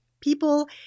people